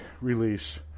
release